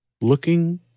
looking